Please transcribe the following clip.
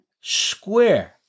square